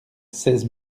seize